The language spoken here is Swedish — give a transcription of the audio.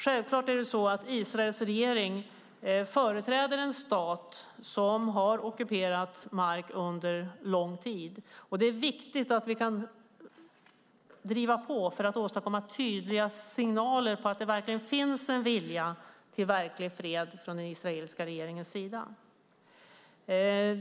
Självklart är det så att Israels regering företräder en stat som har ockuperat mark under en lång tid. Det är viktigt att vi kan driva på för att åstadkomma tydliga signaler om att det verkligen finns en vilja till fred från den israeliska regeringens sida.